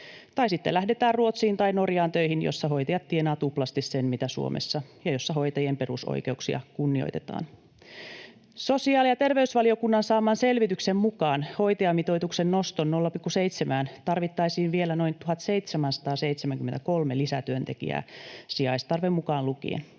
Tai sitten lähdetään töihin Ruotsiin tai Norjaan, jossa hoitajat tienaavat tuplasti sen, mitä Suomessa, ja jossa hoitajien perusoikeuksia kunnioitetaan. Sosiaali- ja terveysvaliokunnan saaman selvityksen mukaan hoitajamitoituksen nostoon 0,7:ään tarvittaisiin vielä noin 1 773 lisätyöntekijää sijaistarve mukaan lukien.